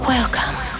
Welcome